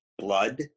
blood